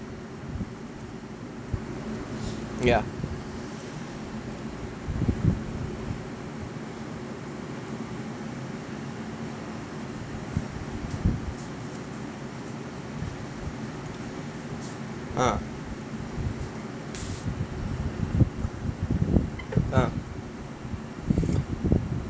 ya ah ah